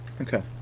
Okay